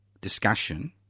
discussion